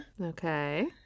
Okay